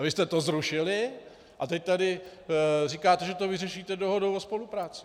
A vy jste to zrušili a teď tady říkáte, že to vyřešíte dohodou o spolupráci.